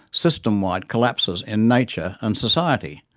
system-wide collapses in nature and society